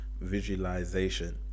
Visualization